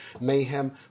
mayhem